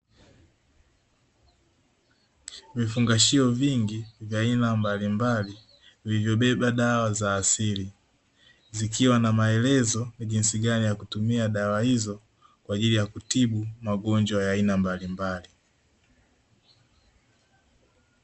Vifungashio vingi vya aina mbalimbali vilivyobeba dawa za asili zikiwa na maelezo ya jinsi gani ya kutumia dawa hizo, kwa ajili ya kutibu magonjwa ya aina mbalimbali.